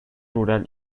rural